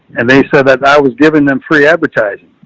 and they said that that was giving them free advertising.